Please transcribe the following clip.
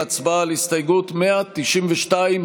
לגופו של עניין,